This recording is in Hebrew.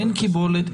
אין קיבולת.